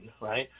right